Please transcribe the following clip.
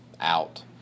out